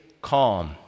calm